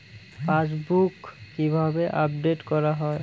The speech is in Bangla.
পাশবুক কিভাবে আপডেট করা হয়?